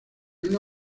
una